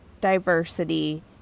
diversity